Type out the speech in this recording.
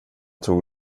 tog